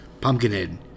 Pumpkinhead